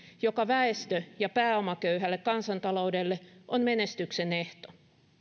joka väestö ja pääomaköyhälle kansantaloudelle on menestyksen ehto